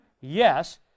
Yes